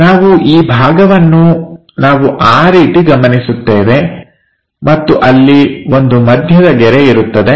ನಾವು ಈ ಭಾಗವನ್ನು ನಾವು ಆ ರೀತಿ ಗಮನಿಸುತ್ತೇವೆ ಮತ್ತು ಅಲ್ಲಿ ಒಂದು ಮಧ್ಯದ ಗೆರೆ ಇರುತ್ತದೆ